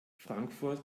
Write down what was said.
frankfurt